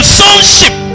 sonship